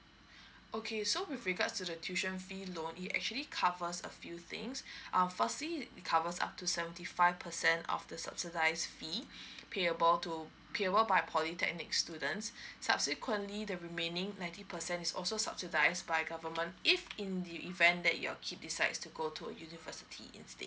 okay so with regards to the tuition fee loan it actually covers a few things err firstly it covers up to seventy five percent of the subsidized fee payable to payable by polytechnic students subsequently the remaining ninety percent is also subsidise by government if in the event that your kid decides to go to university instead